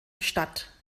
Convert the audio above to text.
stadt